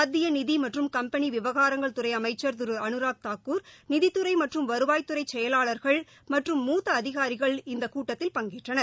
மத்திய நிதி மற்றும் கம்பெளி விவகாரங்கள் துறை அமைச்சள் திரு அனுராக் தாகூர் நிதித்துறை மற்றும் வருவாய்த்துறை செயலாளர்கள் மற்றும் மூத்த அதிகாரிகள் இக்கூட்டத்தில் பங்கேற்றனர்